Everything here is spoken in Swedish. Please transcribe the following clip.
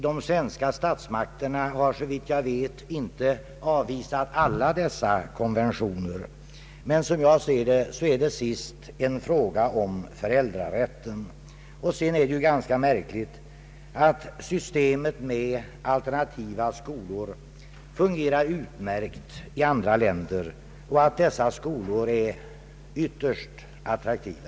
De svenska statsmakterna har såvitt jag vet inte avvisat dessa konventioner, men som jag ser saken är det till sist en fråga om föräldrarätten. Det är ju också ganska märkligt att systemet med alternativa skolor fungerar utmärkt i andra länder och att dessa skolor är ytterst attraktiva.